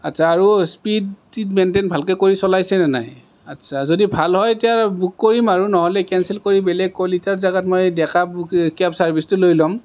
আচ্ছা আৰু স্পিড টিত মেইনটেইন ভালকৈ কৰি চলাইছেনে নাই আচ্ছা যদি ভাল হয় বুক কৰিম আৰু নহ'লে কেনচেল কৰি বেলেগ কলিতাৰ জাগাত মই ডেকা কেব চাৰ্ভিছটো লৈ ল'ম